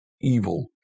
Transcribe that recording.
evil